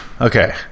Okay